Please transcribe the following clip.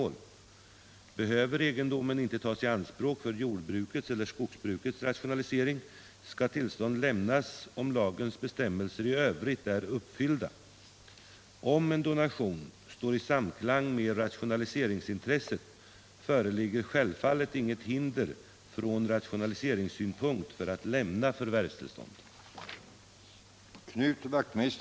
Är statsrådet villig belysa bakgrunden till det uppmärksammade besök som Sveriges ambassadör i Bangkok gjort i Cambodja samt kommentera de uttalanden som ambassadören gjort i sammanhanget?